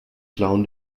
clown